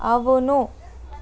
అవును